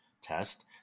test